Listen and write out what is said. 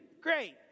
Great